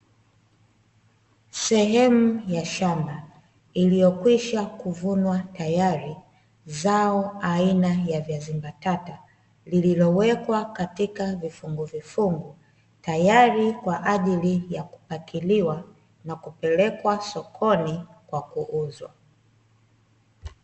Sehemu ya shamba, iliyokwisha kuvunwa tayari zao aina ya viazi mbatata, lililowekwa katika vifunguvifungu; tayari kwa ajili ya kupakiliwa na kupelekwa sokoni kwa kuuzwa.